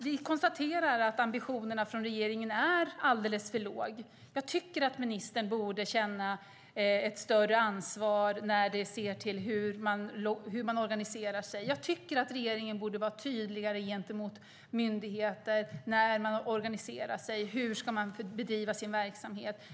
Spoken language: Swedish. Vi konstaterar att ambitionerna från regeringen är alldeles för låga. Jag tycker att ministern borde känna ett större ansvar när han ser till hur man organiserar sig, och jag tycker att regeringen borde vara tydligare gentemot myndigheter när de organiserar sig. Hur ska man bedriva verksamheten?